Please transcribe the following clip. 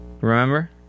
remember